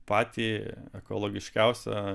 patį ekologiškiausią